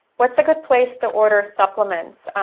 what's a good place to order supplements?